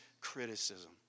criticism